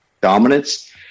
dominance